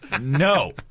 No